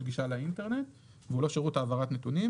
גישה לאינטרנט והוא לא שירות העברת נתונים,